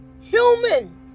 human